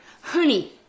Honey